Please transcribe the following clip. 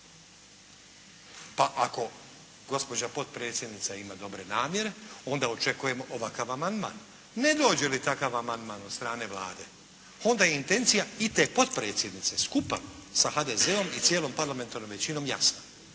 Pa ako gospođa potpredsjednica ima dobre namjere, onda očekujemo ovakav amandman. Ne dođe li takav amandman od strane Vlade, onda je intencija i te potpredsjednice skupa sa HDZ-om i cijelom parlamentarnom većinom jasna,